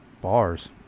Bars